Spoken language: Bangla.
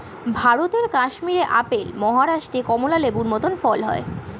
ভারতের কাশ্মীরে আপেল, মহারাষ্ট্রে কমলা লেবুর মত ফল হয়